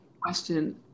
question